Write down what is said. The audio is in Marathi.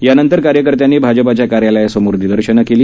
त्यानंतर या कार्यकर्त्यांनी आजपच्या कार्यालसमोर निर्दशनं केली